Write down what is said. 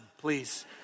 please